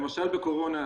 למשל בקורונה,